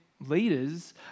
leaders